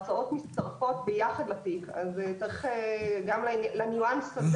ההוצאות מצטרפות ביחד לתיק ולכן צריך להיכנס גם לניואנס הזה